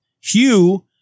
Hugh